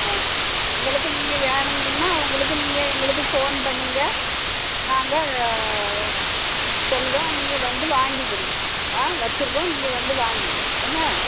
ஆ உங்களுக்கு நீங்கள் வேணும்ன்னா உங்களுக்கு நீங்கள் எங்களுக்கு ஃபோன் பண்ணுங்கள் நாங்கள் சொல்கிறோம் நீங்கள் வந்து வாங்கிக்கிடுங்க வச்சுருக்கோம் நீங்கள் வந்து வாங்கிக்கிடுங்க என்ன